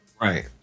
Right